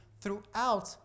throughout